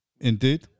Indeed